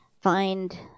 find